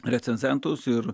recenzentus ir